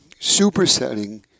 supersetting